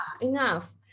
enough